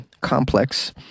complex